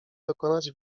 dokonać